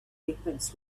weapons